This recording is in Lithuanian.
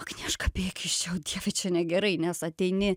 agnieška bėk iš čia o dieve čia negerai nes ateini